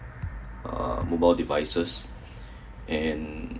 uh mobile devices and